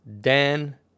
Dan